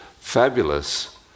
fabulous